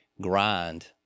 grind